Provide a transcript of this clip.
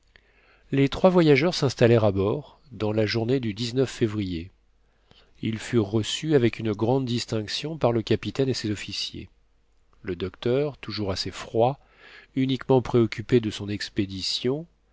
les trois voyageurs s'installèrent à bord dans la journée du février ils furent reçus avec une grande distinction par le capitaine et ses officiers le docteur toujours assez froid uniquement préoccupé de son expédition